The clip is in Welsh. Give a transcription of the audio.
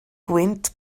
gwynt